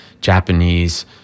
Japanese